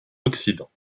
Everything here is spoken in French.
occident